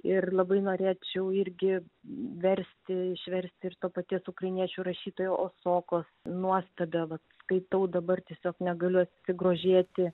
ir labai norėčiau irgi versti išversti ir to paties ukrainiečių rašytojo osakos nuostabią va skaitau dabar tiesiog negaliu atsigrožėti